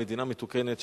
למדינה מתוקנת,